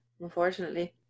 unfortunately